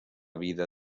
vida